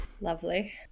Lovely